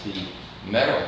the metal